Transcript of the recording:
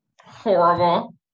Horrible